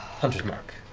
hunter's mark.